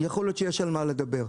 יכול להיות שיש על מה לדבר.